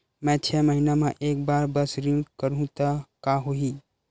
मैं छै महीना म एक बार बस ऋण करहु त का होही?